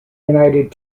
united